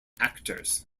actors